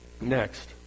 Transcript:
Next